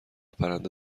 پرنده